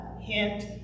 Hint